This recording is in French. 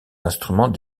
instrument